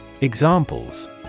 Examples